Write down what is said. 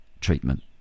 treatment